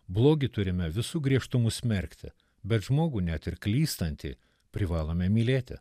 blogį turime visu griežtumu smerkti bet žmogų net ir klystantį privalome mylėti